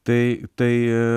tai tai